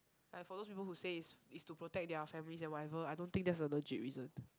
like for those people who say is is to protect their families and whatever I don't think that's a legit reason